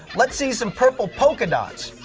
let's see some purple polka dots!